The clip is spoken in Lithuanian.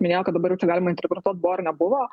minėjo kad dabar jau čia galima interpretuot buvo ar nebuvo